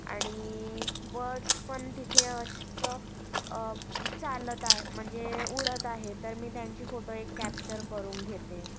आणि बर्ड्स पण तिथे असं चालत आहे म्हणजे उडत आहे तर मी त्यांची फोटो एक कॅप्चर करून घेते